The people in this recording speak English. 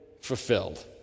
fulfilled